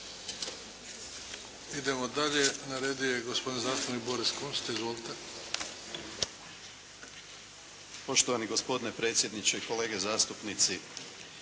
Idemo dalje. Na redu je gospodin zastupnik Boris Kunst. Izvolite. **Kunst, Boris (HDZ)** Poštovani gospodine predsjedniče, kolege zastupnici.